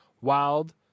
wild